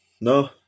no